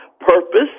Purpose